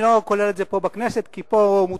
אני לא כולל את זה פה בכנסת כי פה מותר